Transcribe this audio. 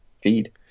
feed